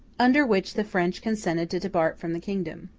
under which the french consented to depart from the kingdom.